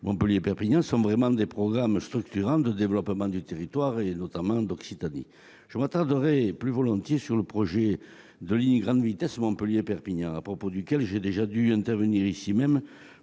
Montpellier-Perpignan sont vraiment des projets structurants de développement du territoire, en particulier pour l'Occitanie. Je m'attarderai plus particulièrement sur le projet de ligne à grande vitesse Montpellier-Perpignan, à propos duquel je suis intervenu ici même